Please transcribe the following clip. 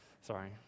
sorry